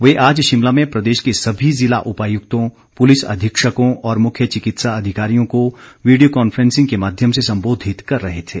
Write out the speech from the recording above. वे आज शिमला में प्रदेश के सभी जिला उपायुक्तों पुलिस अधीक्षकों और मुख्य चिकित्सा अधिकारियों को वीडियो कांफ्रेंसिंग के माध्यम से सम्बोधित कर रहे थे